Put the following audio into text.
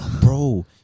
Bro